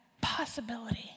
possibility